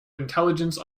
intelligence